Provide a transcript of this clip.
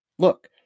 Look